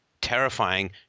terrifying